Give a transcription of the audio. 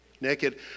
naked